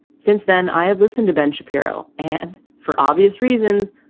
since then, i have listened to ben shapiro and for obvious reasons,